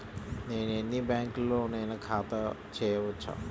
నేను ఎన్ని బ్యాంకులలోనైనా ఖాతా చేయవచ్చా?